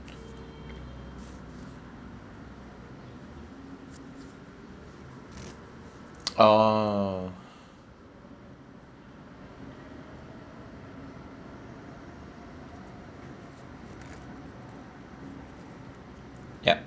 oh ya